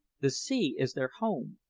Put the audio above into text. the sea is their home,